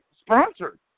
sponsored